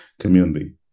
Community